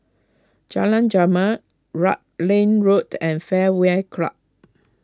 Jalan Jamal Rutland Road and Fairway Club